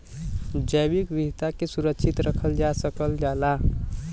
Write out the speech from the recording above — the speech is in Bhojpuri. जैविक विविधता के सुरक्षित रखल जा सकल जाला